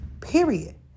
period